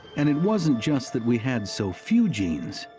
and it wasn't just that we had so few genes,